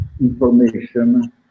information